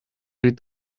rid